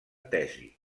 tesi